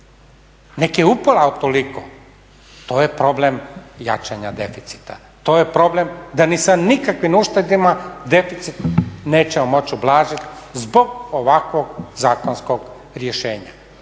Nek je upola od toliko. To je problem jačanja deficita, to je problem da ni sa nikakvim uštedama deficit nećemo moći ublažiti zbog ovakvog zakonskog rješenja